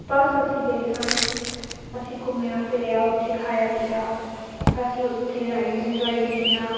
ਬੱਸ ਅਸੀਂ ਗਏ ਸਨ ਅਸੀਂ ਘੁੰਮਿਆ ਫਿਰਿਆ ਉੱਥੇ ਖਾਇਆ ਪੀਆ ਅਸੀਂ ਉੱਥੇ ਰਾਈਡਸ ਇੰਜੋਏ ਕੀਤੀਆਂ